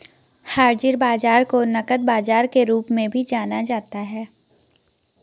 हाज़िर बाजार को नकद बाजार के रूप में भी जाना जाता है